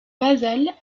basales